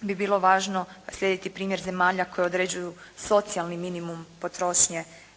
bi bilo važno slijediti primjer zemalja koje određuju socijalni minimum potrošnje